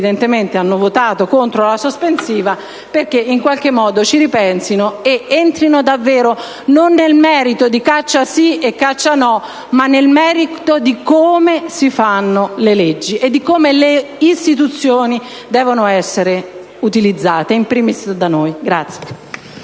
hanno votato contro la sospensiva, perché, in qualche modo, ci ripensino ed entrino davvero, non nel merito del tema "caccia sì"-"caccia no", ma nel merito di come si fanno le leggi e di come le istituzioni debbano essere utilizzate, *in primis* da noi.